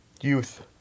Youth